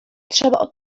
trzeba